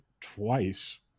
twice